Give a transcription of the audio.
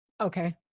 okay